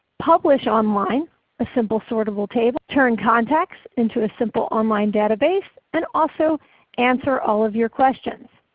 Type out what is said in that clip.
publish online a simple sortable table, turn contacts into a simple online database, and also answer all of your questions.